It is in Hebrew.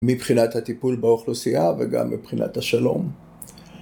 מבחינת הטיפול באוכלוסייה וגם מבחינת השלום.